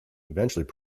eventually